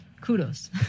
Kudos